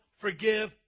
forgive